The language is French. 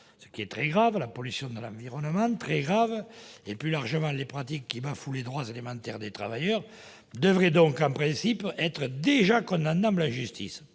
le travail des enfants, la pollution de l'environnement et, plus largement, les pratiques qui bafouent les droits élémentaires des travailleurs, devraient donc en principe être déjà condamnables en justice.